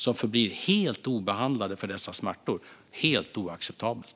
De förblir helt obehandlade för sina smärtor. Det är helt oacceptabelt.